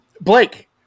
Blake